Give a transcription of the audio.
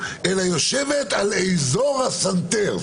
אלא יושבת על אזור הסנטר,